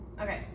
Okay